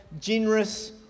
generous